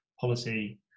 policy